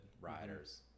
riders